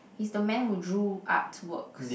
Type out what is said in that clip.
he's the man who drew art works